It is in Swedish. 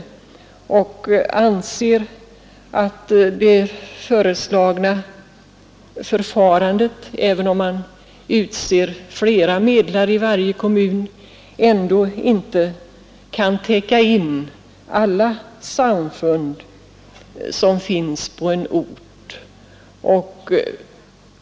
Hon anser att det föreslagna förfarandet, även om man utser flera medlare i varje kommun, ändå inte kan täcka in alla samfund som finns på en ort.